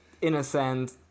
Innocent